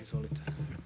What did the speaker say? Izvolite.